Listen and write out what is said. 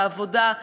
בעבודה,